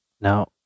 now